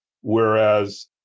whereas